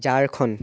Jharkhand